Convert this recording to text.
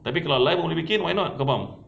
tapi kalau lye boleh bikin why not kau faham